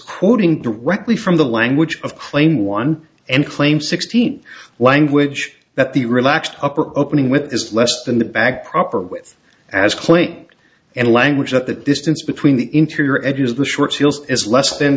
quoting directly from the language of claim one and claim sixteen language that the relaxed upper opening with is less than the bag proper with as clinked and a language that distance between the interior edges the short feels is less than